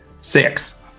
six